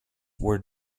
were